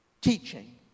teaching